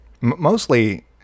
mostly